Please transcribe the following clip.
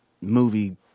movie